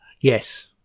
Yes